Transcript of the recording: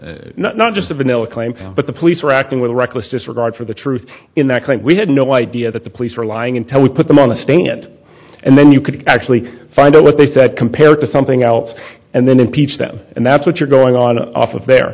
claim but the police were acting with reckless disregard for the truth in that we had no idea that the police were lying until we put them on the stand and then you could actually find out what they said compared to something else and then impeach them and that's what you're going on off of there